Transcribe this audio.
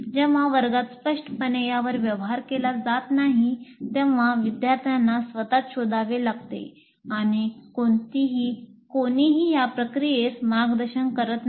जेव्हा वर्गात स्पष्टपणे यावर व्यवहार केला जात नाही तेव्हा विद्यार्थ्यांना स्वतःच शोधावे लागते आणि कोणीही त्या प्रक्रियेस मार्गदर्शन करीत नाही